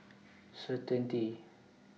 Certainty